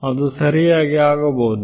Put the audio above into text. ಅದು ಸರಿಯಾಗಿ ಆಗಬಹುದು